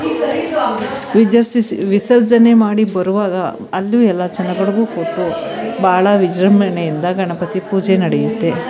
ವಿಸರ್ಜಿಸಿ ವಿಸರ್ಜನೆ ಮಾಡಿ ಬರುವಾಗ ಅಲ್ಲೂ ಎಲ್ಲ ಜನಗಳಿಗೂ ಕೊಟ್ಟು ಭಾಳ ವಿಜೃಂಭಣೆಯಿಂದ ಗಣಪತಿ ಪೂಜೆ ನಡೆಯುತ್ತೆ